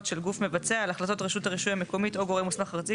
של גוף מבצע על החלטות רשות הרישוי המקומית או גורם מוסמך ארצי,